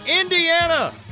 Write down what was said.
Indiana